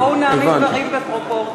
אז בואו נעמיד דברים בפרופורציות.